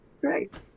Great